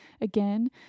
again